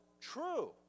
true